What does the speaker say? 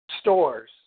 stores